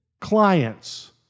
clients